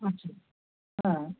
আচ্ছা হ্যাঁ